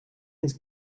ins